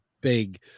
big